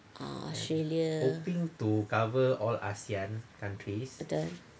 ah australia betul